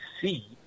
see